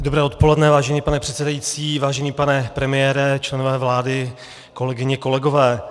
Dobré odpoledne, vážený pane předsedající, vážený pane premiére, členové vlády, kolegyně, kolegové.